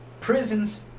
prisons